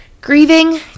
grieving